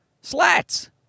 slats